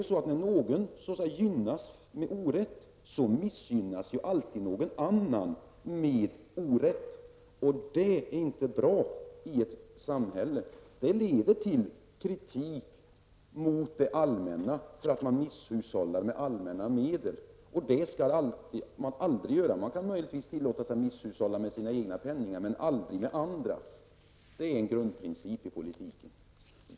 När någon gynnas med orätt missgynnas alltid någon annan med orätt. Det är inte bra i ett samhälle som vårt. Det leder till kritik mot det allmänna för misshushållning med allmänna medel. Det är något som aldrig bör ske. Man kan tillåta sig att misshushålla med sina egna penningar men aldrig med andras. Det är en grundprincip i politiken.